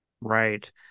right